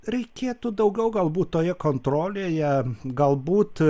reikėtų daugiau galbūt toje kontrolėje galbūt